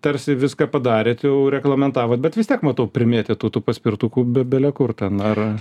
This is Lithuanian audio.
tarsi viską padarėt jau reglamentavot bet vis tiek matau primėtytų tų paspirtukų bi bile kur ten ar